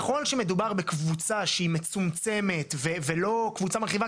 כלל שמדובר בקבוצה שהיא מצומצמת ולא קבוצה מרחיבה,